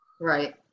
Right